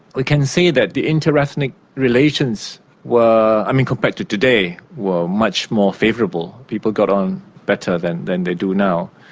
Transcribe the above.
we can say that the inter-ethnic relations were, i mean, compared to today were much more favourable. people got on better than than they do now.